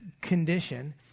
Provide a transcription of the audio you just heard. condition